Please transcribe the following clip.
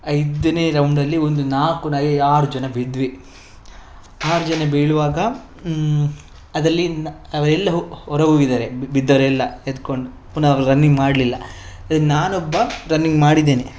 ಐದನೇ ರೌಂಡಲ್ಲಿ ಒಂದು ನಾಲ್ಕು ನೈ ಆರು ಜನ ಬಿದ್ವಿ ಆರು ಜನ ಬೀಳುವಾಗ ಅದರಲ್ಲಿ ಅವರೆಲ್ಲ ಹೊ ಹೊರಹೋಗಿದ್ದಾರೆ ಬಿದ್ದವರೆಲ್ಲ ಎದ್ದುಕೊಂಡು ಪುನಃ ಅವ್ರು ರನ್ನಿಂಗ್ ಮಾಡಲಿಲ್ಲ ಆದರೆ ನಾನೊಬ್ಬ ರನ್ನಿಂಗ್ ಮಾಡಿದ್ದೇನೆ